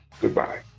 Goodbye